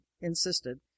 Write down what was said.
insisted